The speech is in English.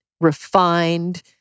refined